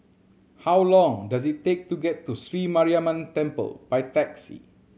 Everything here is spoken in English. how long does it take to get to Sri Mariamman Temple by taxi